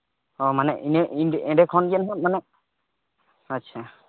ᱦᱚᱸ ᱢᱟᱱᱮ ᱤᱧᱟᱹᱜ ᱮᱸᱰᱮ ᱠᱷᱚᱱ ᱜᱮ ᱱᱟᱜ ᱢᱟᱱᱮ ᱟᱪᱪᱷᱟ